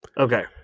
Okay